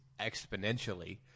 exponentially